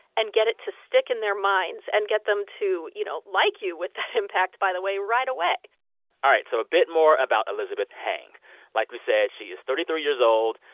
and get it to stick in their minds and get them to, you know, like you with that impact, by the way, right away all right. so a bit more about elizabeth heng like we said, she is thirty three years old,